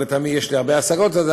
יש לי הרבה השגות על זה,